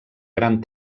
gran